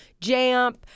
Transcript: JAMP